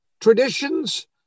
traditions